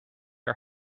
are